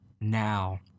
now